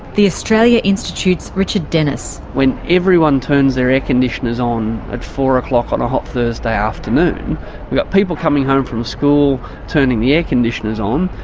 the australia institute's richard denniss. when everybody turns their air-conditioners on at four o'clock on a hot thursday afternoon, we've got people coming home from school turning the air-conditioners on,